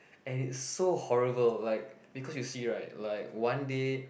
and it's so horrible like because you see right like one day